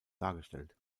dargestellt